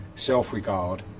self-regard